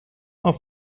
are